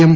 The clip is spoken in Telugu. ఎం